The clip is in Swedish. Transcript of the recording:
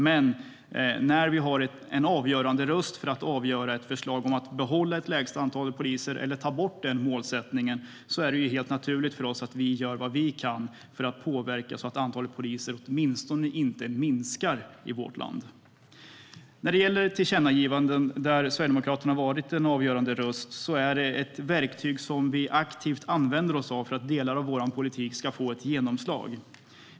Men när vi har en avgörande röst för ett förslag om att behålla ett lägsta antal poliser eller att ta bort den målsättningen är det helt naturligt för oss att vi gör vad vi kan för att påverka så att antalet poliser åtminstone inte minskar i vårt land. När det gäller tillkännagivanden där Sverigedemokraterna har haft en avgörande röst är det ett verktyg som vi aktivt använder oss av för att delar av vår politik ska få ett genomslag.